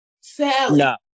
Sally